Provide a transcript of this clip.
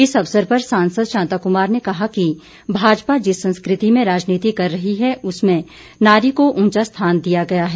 इस अवसर पर सांसद शांता कुमार ने कहा कि भाजपा जिस संस्कृति में राजनीति कर रही है उसमें नारी को ऊंचा स्थान दिया गया है